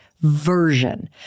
version